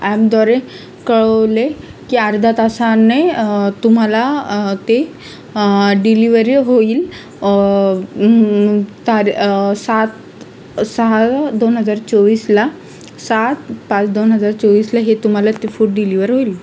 अॅपद्वारे कळवले की अर्धा तासाने तुम्हाला ते डिलिवरी होईल तार सात सहा दोन हजार चोवीसला सात पाच दोन हजार चोवीसला हे तुम्हाला ते फूड डिलिवर होईल